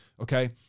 okay